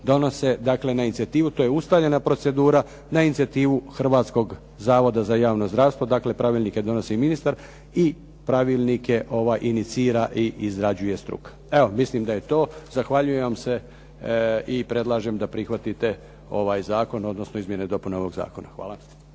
donose dakle na inicijativu, to je ustaljena procedura, na inicijativu Hrvatskog zavoda za javno zdravstvo, dakle pravilnike donosi ministar i pravilnike inicira i izrađuje struka. Evo, mislim da je to, zahvaljujem vam se i predlažem da prihvatite ovaj zakon, odnosno izmjene i dopune ovog zakona. Hvala.